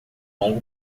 longo